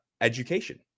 education